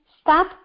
stop